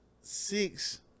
six